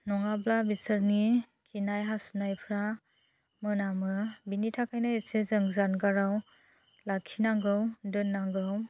नङाब्ला बिसोरनि खिनाय हासुनायफ्रा मोनामो बिनि थाखायनो एसे जों जानगाराव लाखिनांगौ दोननांगौ